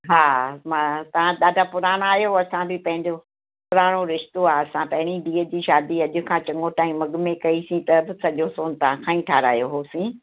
हा मां तव्हां ॾाढा पुराणा आहियो असां बि पंहिंजो पुराणो रिश्तो आहे असां पहिरीं धीअ जी शादी अॼु खां चङो टाइम अॻिमें कईसीं त बि सॼो सोन तव्हांखां ठहारायो हुओसीं